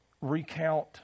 recount